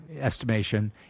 estimation